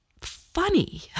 Funny